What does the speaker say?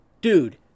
dude